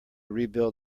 rebuild